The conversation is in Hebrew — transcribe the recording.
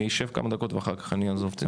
אני אשב כמה דקות ואחר כך אני אעזוב.